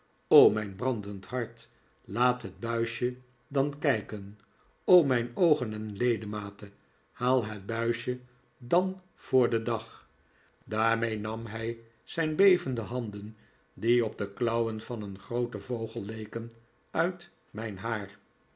o r mijn brandend hart laat het buisje dan kijken o mijn oogen en ledematen haal het buisje dan voor den dag daarmee nam hij zijn bevende handen die op de klauwen van een grooten vogel leken uit mijn haar